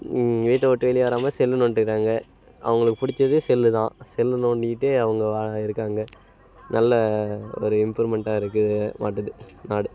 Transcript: வீட்டை விட்டு வெளியே வராமல் செல்லை நோண்டிட்டு இருக்காங்க அவங்களுக்கு பிடிச்சது செல்லு தான் செல்லு நோண்டிகிட்டே அவங்க வா இருக்காங்க நல்ல ஒரு இம்ப்ரூமெண்ட்டாக இருக்குது மாட்டுது நாடு